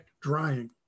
drying